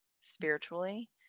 spiritually